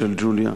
ג'לג'וליה,